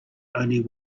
only